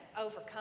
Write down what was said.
overcome